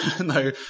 no